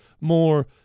more